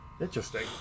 Interesting